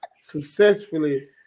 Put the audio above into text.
successfully